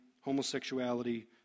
homosexuality